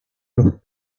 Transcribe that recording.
los